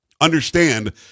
Understand